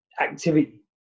activity